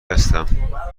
هستم